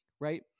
right